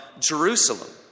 Jerusalem